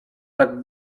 tak